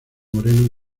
moreno